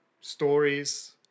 stories